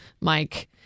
Mike